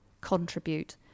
contribute